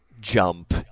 jump